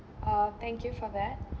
uh thank you for that